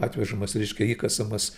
atvežamas reiškia įkasamas